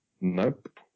nope